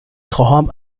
خواهم